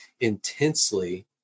intensely